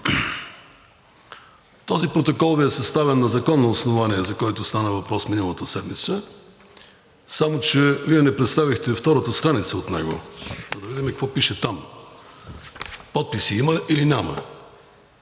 Този протокол Ви е съставен на законно основание, за който стана въпрос миналата седмица, само че Вие не представихте и втората страница от него, та да видим какво пише там. Подписи има или няма?